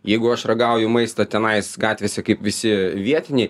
jeigu aš ragauju maistą tenais gatvėse kaip visi vietiniai